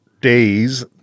days